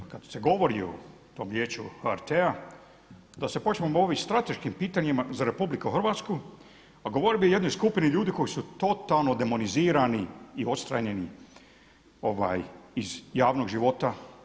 Kad se govori o tom Vijeću HRT-a da se počnemo o ovim strateškim pitanjima za Republiku Hrvatsku, a govorio bih o jednoj skupini ljudi koji su totalno demonizirani i odstranjeni iz javnog života.